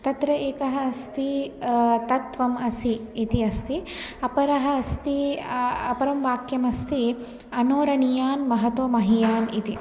तत्र एकः अस्ति तत् त्वम् असि इति अस्ति अपरः अस्ति अ अपरं वाक्यमस्ति अणोरणीयान् अहतो महीयान् इति